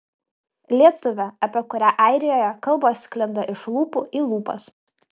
lietuvė apie kurią airijoje kalbos sklinda iš lūpų į lūpas